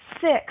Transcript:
six